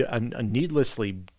needlessly